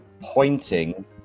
pointing